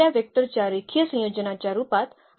तर या दिलेल्या वेक्टरचे हे रेषीय संयोजन आहे